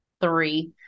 three